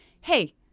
hey